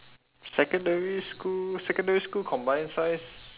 secondary school secondary school combined science